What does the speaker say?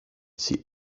see